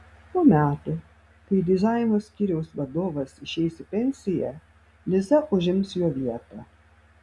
po metų kai dizaino skyriaus vadovas išeis į pensiją liza užims jo vietą